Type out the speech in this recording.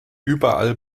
überall